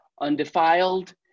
undefiled